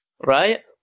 right